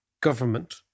government